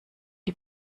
die